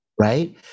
right